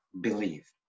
Believe